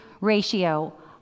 ratio